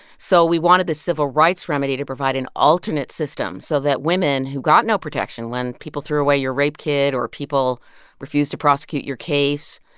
so we wanted the civil rights remedy to provide an alternate system so that women who got no protection when people threw away your rape kit or people refuse to prosecute your case,